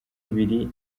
ibiri